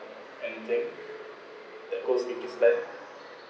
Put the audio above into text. anything that goes with this plan